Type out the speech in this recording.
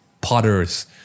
Potters